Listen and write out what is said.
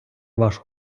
вашу